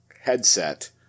headset